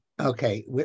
Okay